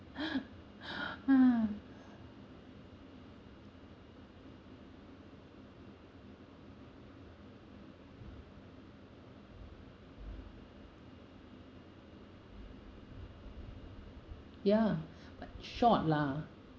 ha ya but short lah